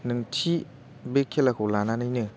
नों थि बे खेलाखौ लानानैनो